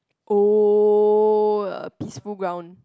oh a peaceful ground